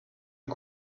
est